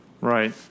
right